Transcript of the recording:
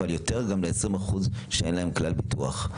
אבל יותר גם ל-20% שאין להם כלל ביטוח.